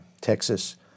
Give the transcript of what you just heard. Texas